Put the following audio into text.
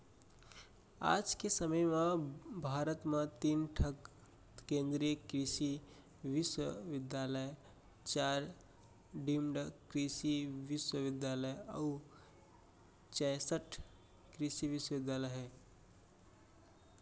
आज के समे म भारत म तीन ठन केन्द्रीय कृसि बिस्वबिद्यालय, चार डीम्ड कृसि बिस्वबिद्यालय अउ चैंसठ कृसि विस्वविद्यालय ह